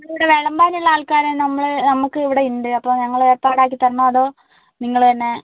നമ്മൾ ഇവിടെ വിളമ്പാൻ ഉള്ള ആൾക്കാരെ നമ്മള് നമുക്ക് ഇവിടെ ഉണ്ട് അപ്പോൾ ഞങ്ങള് ഏർപ്പാടാക്കി തരണോ അതോ നിങ്ങൾ തന്നെ